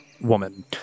woman